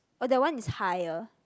oh that one is higher